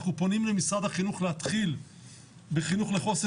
אנחנו פונים למשרד החינוך להתחיל בחינוך לחוסן